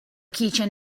keychain